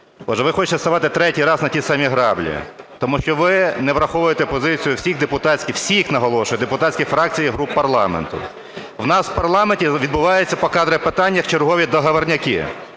ви хочете ставати третій раз на ті самі граблі. Тому що ви не враховуєте позицію всіх депутатських, всіх, наголошую, депутатських фракцій і груп парламенту. В нас в парламенті відбуваються по кадрових питаннях чергові "договорняки".